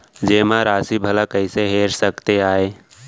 जेमा राशि भला कइसे हेर सकते आय?